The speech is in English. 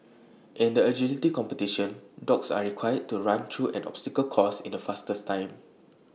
in the agility competition dogs are required to run through an obstacle course in the fastest time